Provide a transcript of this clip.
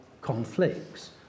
conflicts